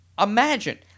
imagine